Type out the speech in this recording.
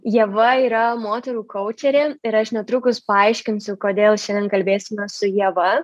ieva yra moterų kaučerė ir aš netrukus paaiškinsiu kodėl šiandien kalbėsime su ieva